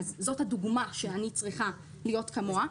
זאת הדוגמה שאני צריכה להיות כמוה,